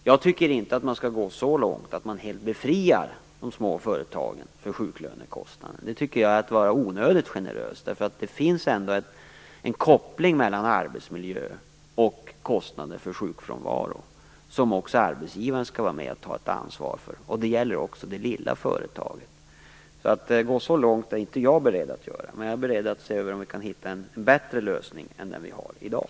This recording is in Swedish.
Jag tycker inte att man skall gå så långt att man helt befriar de små företagen från sjuklönekostnader - det tycker jag är att vara onödigt generös. Det finns nämligen ändå en koppling mellan arbetsmiljö och kostnader för sjukfrånvaro som också arbetsgivaren skall vara med och ta ett ansvar för. Det gäller också det lilla företaget. Jag är alltså inte beredd att gå så långt. Men jag är beredd att se över om vi kan hitta en bättre lösning än den vi har i dag.